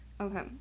Okay